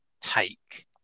take